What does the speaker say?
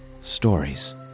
Stories